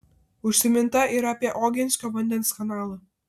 užsiminta ir apie oginskio vandens kanalą